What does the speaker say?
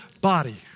body